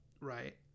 right